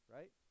Right